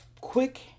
quick